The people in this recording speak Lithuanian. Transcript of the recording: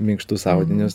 minkštus audinius